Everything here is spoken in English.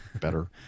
better